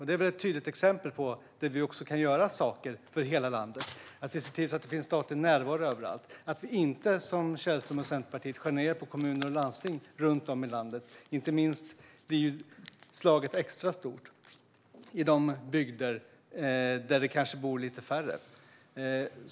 Detta är ett tydligt exempel där vi kan göra saker för hela landet: se till att det finns statlig närvaro överallt och inte, som Källström och Centerpartiet, skära ned på kommuner och landsting runt om i landet. Slaget blir extra hårt inte minst i de bygder där det kanske bor lite färre.